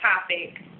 topic